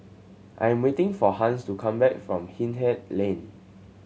I am waiting for Hans to come back from Hindhede Lane